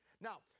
Now